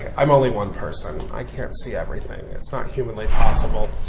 i'm only one person. i can't see everything. it's not humanly possible.